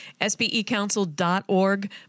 Sbecouncil.org